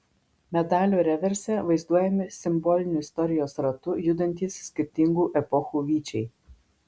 medalio reverse vaizduojami simboliniu istorijos ratu judantys skirtingų epochų vyčiai